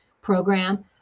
program